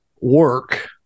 work